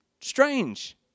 strange